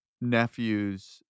nephew's